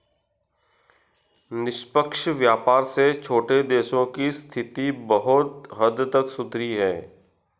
निष्पक्ष व्यापार से छोटे देशों की स्थिति बहुत हद तक सुधरी है